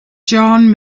john